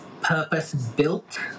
purpose-built